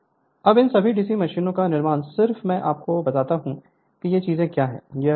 Refer Slide Time 1259 अब इन सभी डीसी मशीनों का निर्माण सिर्फ मैं आपको बताता हूं कि ये चीजें क्या हैं